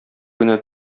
генә